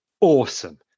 awesome